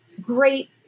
great